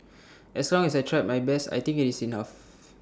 as long as I tried my best I think IT is enough